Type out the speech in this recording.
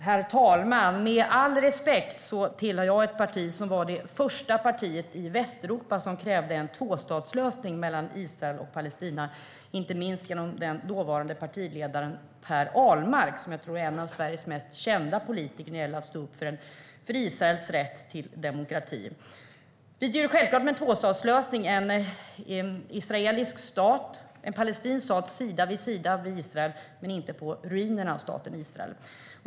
Herr talman! Med all respekt tillhör jag ett parti som var det första partiet i Västeuropa som krävde en tvåstatslösning mellan Israel och Palestina, inte minst genom den dåvarande partiledaren Per Ahlmark. Jag tror att han är en av Sveriges mest kända politiker när det gäller att stå upp för Israels rätt till demokrati. Vi tycker att det är självklart med en tvåstatslösning - en israelisk stat och en palestinsk stat sida vid sida. Men det ska inte vara en palestinsk stat på ruinerna av staten Israel.